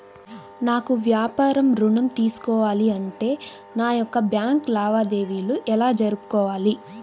నాకు వ్యాపారం ఋణం తీసుకోవాలి అంటే నా యొక్క బ్యాంకు లావాదేవీలు ఎలా జరుపుకోవాలి?